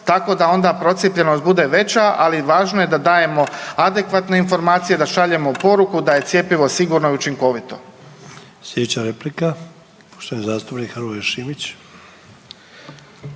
tako da onda procijepljenost bude veća, ali važno je da dajemo adekvatne informacije, da šaljemo poruku da je cjepivo sigurno i učinkovito.